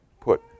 put